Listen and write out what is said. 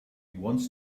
wants